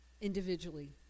individually